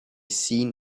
seen